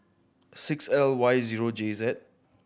six L Y zero J Z